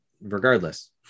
regardless